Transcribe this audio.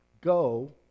Go